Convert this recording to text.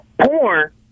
porn